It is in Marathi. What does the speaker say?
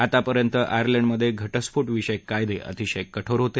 आतापर्यंत आयर्लंडमधे घटस्फोट विषयक कायदे अतिशय कठोर होते